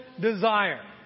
desire